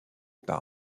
par